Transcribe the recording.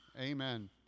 Amen